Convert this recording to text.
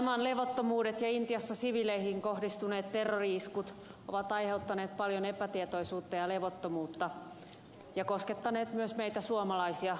thaimaan levottomuudet ja intiassa siviileihin kohdistuneet terrori iskut ovat aiheuttaneet paljon epätietoisuutta ja levottomuutta ja koskettaneet myös meitä suomalaisia